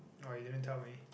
oh you didn't tell me